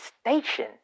station